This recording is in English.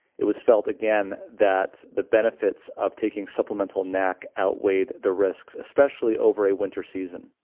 it was felt again that the benefits of taking supplemental nac outweighed the risks, especially over a winter season,